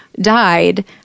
died